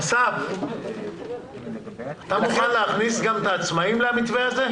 אסף, אתה מוכן להכניס גם את העצמאים למתווה הזה?